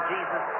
Jesus